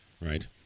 right